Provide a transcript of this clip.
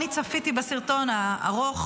אני צפיתי בסרטון הארוך.